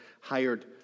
hired